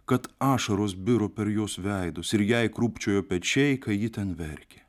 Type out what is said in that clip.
kad ašaros biro per jos veidus ir jei krūpčiojo pečiai kai ji ten verkė